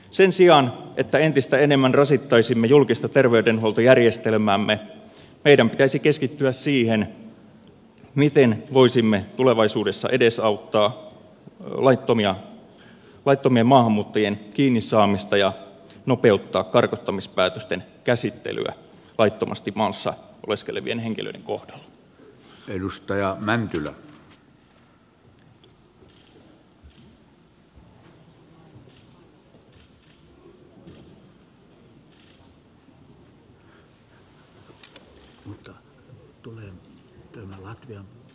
sen sijaan että entistä enemmän rasittaisimme julkista terveydenhuoltojärjestelmäämme meidän pitäisi keskittyä siihen miten voisimme tulevaisuudessa edesauttaa laittomien maahanmuuttajien kiinnisaamista ja nopeuttaa karkottamispäätösten käsittelyä laittomasti maassa oleskelevien henkilöiden kohdalla